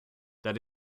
that